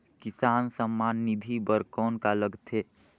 किसान सम्मान निधि बर कौन का लगथे?